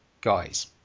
guys